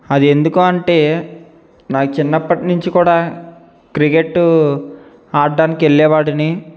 అది ఎందుకు అంటే నాకు చిన్నప్పటి నుంచి కూడా క్రికెట్ ఆడటానికి వెళ్ళేవాడిని